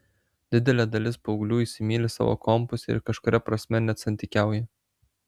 didelė dalis paauglių įsimyli savo kompus ir kažkuria prasme net santykiauja